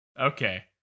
Okay